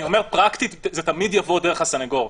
פרקטית זה תמיד יבוא דרך הסנגור.